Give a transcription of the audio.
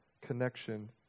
connection